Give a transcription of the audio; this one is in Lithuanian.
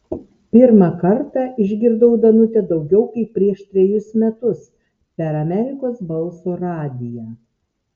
pirmą kartą išgirdau danutę daugiau kaip prieš trejus metus per amerikos balso radiją